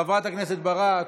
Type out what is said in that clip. חברת הכנסת ברק,